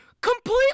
completely